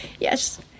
yes